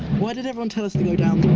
why did everyone tell us to go down